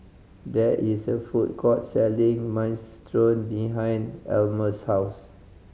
there is a food court selling Minestrone behind Almus' house